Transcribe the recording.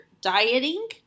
dieting